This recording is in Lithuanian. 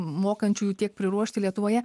mokančiųjų tiek priruošti lietuvoje